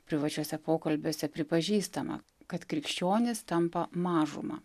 privačiuose pokalbiuose pripažįstama kad krikščionys tampa mažuma